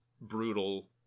brutal